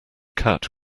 cat